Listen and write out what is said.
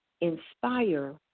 Inspire